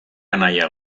anaia